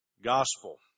gospel